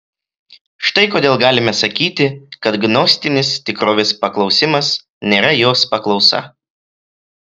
štai kodėl galime sakyti kad gnostinis tikrovės paklausimas nėra jos paklausa